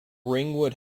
ringwood